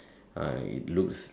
uh it looks